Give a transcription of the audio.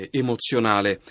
emozionale